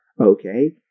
Okay